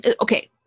okay